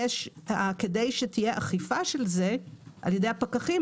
כדי שתהיה אכיפה של זה על-ידי הפקחים,